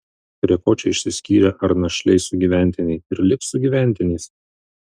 prie ko čia išsiskyrę ar našliai sugyventiniai ir liks sugyventiniais